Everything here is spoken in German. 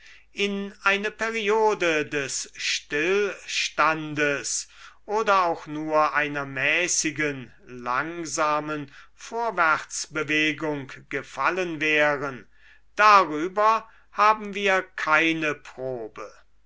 in eine periode des stillstandes oder auch nur einer mäßigen langsamen vorwärtsbewegung gefallen wären darüber haben wir keine probe